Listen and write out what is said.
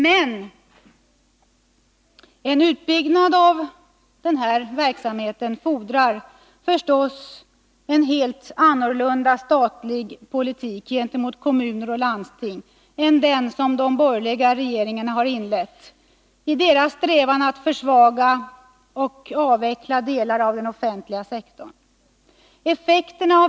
Men en utbyggnad av den offentliga sektorns verksamhet fordrar förstås en helt annorlunda statlig politik gentemot kommuner och landsting än den som de borgerliga regeringarna har inlett i sin strävan att försvaga och avveckla delar av den offentliga sektorn.